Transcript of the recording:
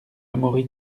amaury